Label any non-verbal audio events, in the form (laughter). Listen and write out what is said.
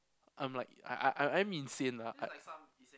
I'm like I I I'm insane lah I (noise)